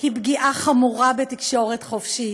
היא פגיעה חמורה בתקשורת חופשית,